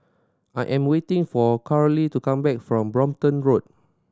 I am waiting for Charly to come back from Brompton Road